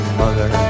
mother